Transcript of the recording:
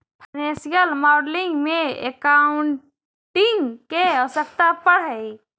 financial modelling में accounting के आवश्यकता पड़ऽ हई